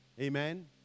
Amen